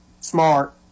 Smart